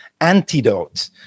antidote